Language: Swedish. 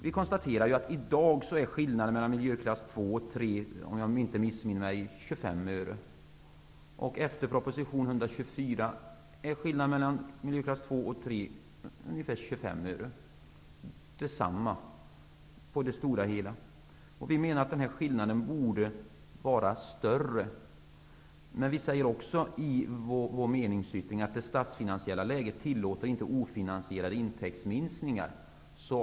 Vi konstaterar att skillnaden mellan miljöklass 2 och 3 i dag är 25 öre och att skillnaden kommer att vara ungefär densamma även med förslaget i proposition 124. Vi menar att skillnaden borde vara större, men vi säger också i vår meningsyttring: ''Det statsfinansiella läget tillåter inte ofinansierade intäktsminskningar.''